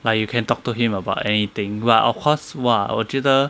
like you can talk to him about anything but of course !wah! 我觉得